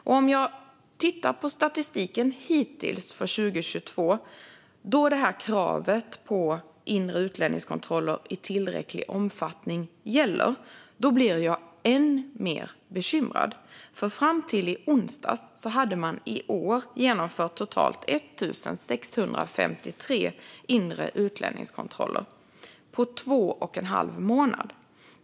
Om jag tittar på statistiken hittills för 2022, då kravet på inre utlänningskontroller i "tillräcklig omfattning" gäller, blir jag än mer bekymrad. Fram till i onsdags hade man i år genomfört totalt 1 653 inre utlänningskontroller - på två och en halv månad.